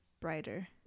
brighter